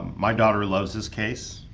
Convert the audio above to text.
my daughter loves his case,